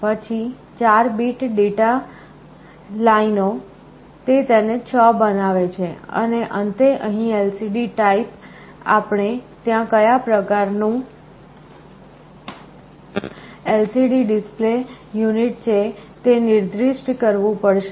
પછી 4 ડેટા લાઇનો તે તેને 6 બનાવે છે અને અંતે અહીં LCD ટાઇપ આપણે ત્યાં કયા પ્રકારનું LCD ડિસ્પ્લે યુનિટ છે તે નિર્દિષ્ટ કરવું પડશે